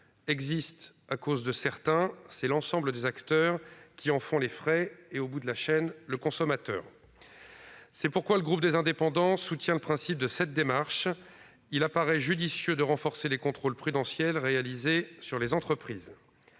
existe à cause de certains, c'est l'ensemble des acteurs qui en font les frais et, au bout de la chaîne, le consommateur. C'est pourquoi le groupe Les Indépendants soutient le principe de cette démarche de réforme : il apparaît judicieux de renforcer les contrôles prudentiels réalisés sur les entreprises.